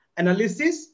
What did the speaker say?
analysis